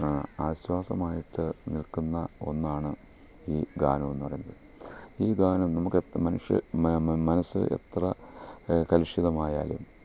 ആശ്വാസമായിട്ട് നിൽക്കുന്ന ഒന്നാണ് ഈ ഗാനമെന്ന് പറയുന്നത് ഈ ഗാനം നമുക്ക് എപ്പം മനുഷ്യ മനസ്സ് എത്ര കലുഷിതമായാലും